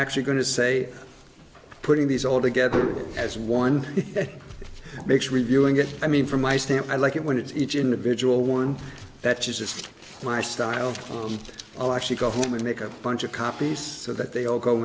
actually going to say putting these all together as one makes reviewing it i mean for my stamp i like it when it's each individual one that's just my style from i'll actually go home and make a bunch of copies so that they all go